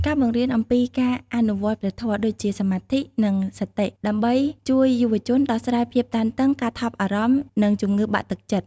ការបង្រៀនអំពីការអនុវត្តព្រះធម៌ដូចជាសមាធិ និងសតិ ដើម្បីជួយយុវជនដោះស្រាយភាពតានតឹង ការថប់បារម្ភ និងជំងឺបាក់ទឹកចិត្ត។